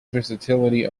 versatility